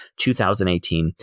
2018